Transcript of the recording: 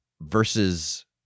versus